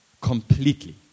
completely